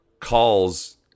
calls